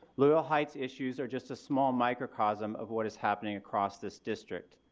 loyal heights issues or just a small microcosm of what is happening across this district.